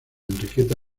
enriqueta